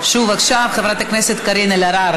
שוב, עכשיו חברת הכנסת קארין אלהרר.